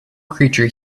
creature